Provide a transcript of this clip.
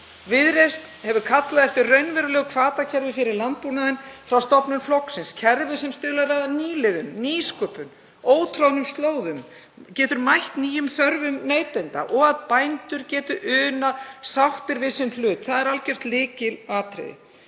Viðreisn hefur kallað eftir raunverulegu hvatakerfi fyrir landbúnaðinn frá stofnun flokksins, kerfi sem stuðlar að nýliðun, nýsköpun, ótroðnum slóðum og getur mætt nýjum þörfum neytenda og að bændur geti unað sáttir við sinn hlut. Það er algjört lykilatriði.